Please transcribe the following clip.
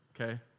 Okay